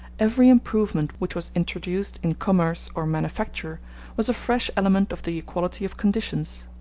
every improvement which was introduced in commerce or manufacture was a fresh element of the equality of conditions.